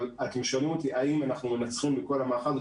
אבל אתם שואלים אותי האם אנחנו מנצחים בכל המערכה הזו?